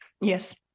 Yes